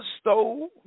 stole